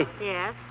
Yes